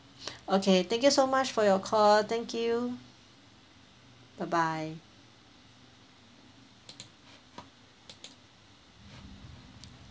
okay thank you so much for your call thank you bye bye